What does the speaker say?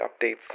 updates